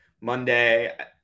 Monday